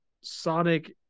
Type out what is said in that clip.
Sonic